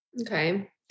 Okay